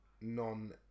non